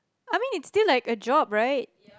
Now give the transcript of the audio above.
I mean it's still like a job right